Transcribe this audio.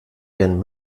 ihren